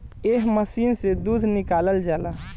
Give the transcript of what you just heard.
एह मशीन से दूध निकालल जाला